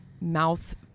mouth